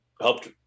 helped